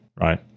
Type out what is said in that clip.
right